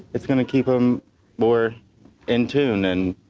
it's going to keep them more in tune and